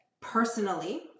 personally